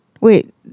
Wait